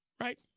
Right